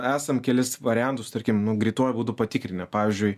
esam kelis variantus tarkim nu greituoju būdu patikrinę pavyzdžiui